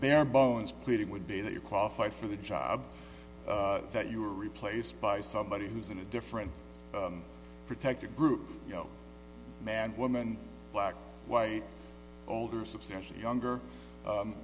bare bones pleading would be that you qualify for the job that you were replaced by somebody who's in a different protected group you know man woman black white older substantially younger